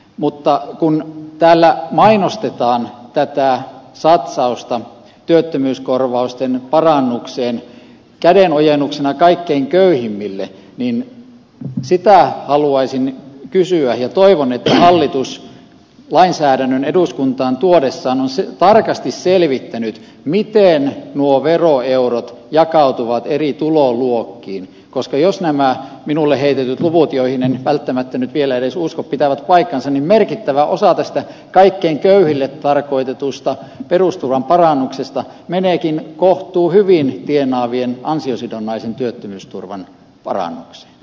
mutta kun täällä mainostetaan tätä satsausta työttömyyskorvausten parannukseen kädenojennuksena kaikkein köyhimmille niin sitä haluaisin kysyä ja toivon että hallitus lainsäädännön eduskuntaan tuodessaan on tarkasti selvittänyt miten nuo veroeurot jakautuvat eri tuloluokkiin koska jos nämä minulle heitetyt luvut joihin en välttämättä nyt vielä edes usko pitävät paikkansa niin merkittävä osa tästä kaikkein köyhimmille tarkoitetusta perusturvan parannuksesta meneekin kohtuuhyvin tienaavien ansiosidonnaisen työttömyysturvan parannukseen